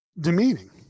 demeaning